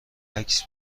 عکس